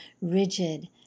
rigid